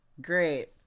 Great